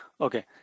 Okay